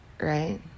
Right